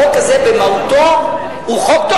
החוק הזה במהותו הוא חוק טוב.